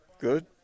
Good